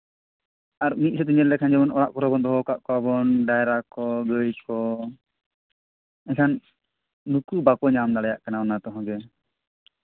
ᱟᱨ ᱢᱤᱫ ᱥᱮᱫ ᱛᱮ ᱧᱮᱞ ᱞᱮᱠᱷᱟᱱ ᱡᱮᱢᱚᱱ ᱚᱲᱟᱜ ᱠᱚᱨᱮᱜ ᱵᱚᱱ ᱫᱚᱦᱚ ᱠᱟᱜ ᱠᱚᱣᱟᱵᱚᱱ ᱰᱟᱝᱨᱟ ᱠᱚ ᱜᱟᱹᱭ ᱠᱚ ᱮᱱᱠᱷᱟᱱ ᱩᱱᱠᱩ ᱵᱟᱠᱚ ᱧᱟᱢ ᱫᱟᱲᱮᱭᱟᱜ ᱠᱟᱱᱟ ᱚᱱᱟ ᱛᱮᱦᱚᱸ ᱜᱮ